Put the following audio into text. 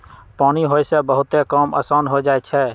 पानी होय से बहुते काम असान हो जाई छई